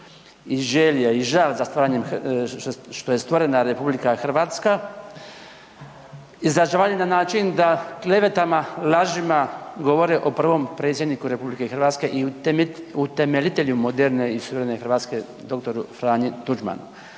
i želje i žal što je stvorena RH, izazvali na način da klevetama, lažima govore o prvom Predsjedniku RH i utemeljitelju moderne i suverene Hrvatske, dr. Franji Tuđmanu